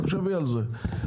תחשבי על זה,